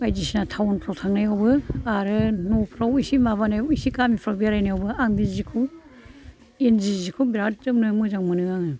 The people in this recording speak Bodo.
बायदिसिना टाउन फ्राव थांनायावबो आरो न'फ्राव एसे माबानायाव एसे गामिफ्राव बेरायनायावबो आं बे जिखौ इन्दि जिखौ बिराद जोमनो मोजां मोनो आङो